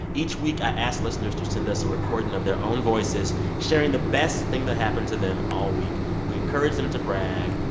each week, i asked listeners to send us a recording of their own voices sharing the best thing that happened to them all week. we encourage them to brag.